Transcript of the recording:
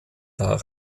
dar